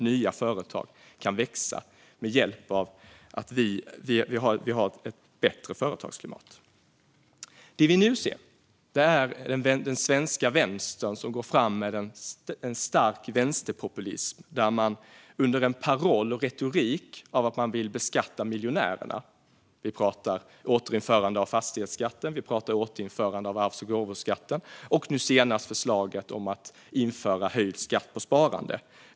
Nya företag kan växa med hjälp av att vi har ett bättre företagsklimat. Det vi nu ser är den svenska vänstern som går fram med en stark vänsterpopulism under en paroll och retorik att man vill beskatta miljonärerna. Då pratar vi om återinförande av fastighetsskatten, återinförande av arvs och gåvoskatten och nu senast förslaget om att införa höjd skatt på sparande.